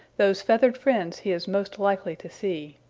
those feathered friends he is most likely to see.